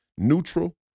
neutral